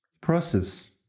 process